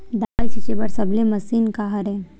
दवाई छिंचे बर सबले मशीन का हरे?